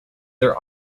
their